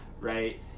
right